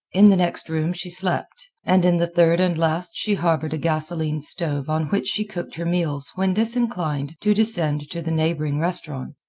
in the next room she slept, and in the third and last she harbored a gasoline stove on which she cooked her meals when disinclined to descend to the neighboring restaurant.